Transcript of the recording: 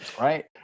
right